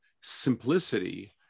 simplicity